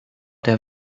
der